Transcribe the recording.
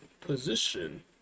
position